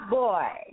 boy